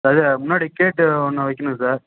அது முன்னாடி கேட்டு ஒன்று வைக்கிணும் சார்